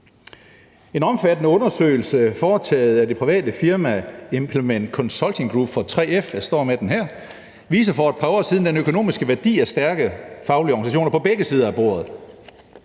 En omfattende undersøgelse foretaget af det private firma Implement Consulting Group for 3F – jeg står med den her – fra for et par år siden viser den økonomiske værdi af stærke faglige organisationer på begge sider af bordet.